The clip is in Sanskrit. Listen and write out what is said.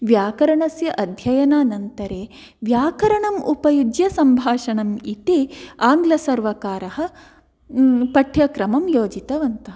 व्याकरणस्य अध्ययनानन्तरं व्याकरणम् उपयुज्य सम्भाषणम् इति आङ्ग्लसर्वकारः पाठ्यक्रमं योजितवन्तः